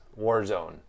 Warzone